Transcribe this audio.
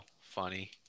funny